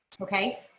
okay